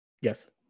Yes